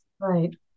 Right